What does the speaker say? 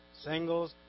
singles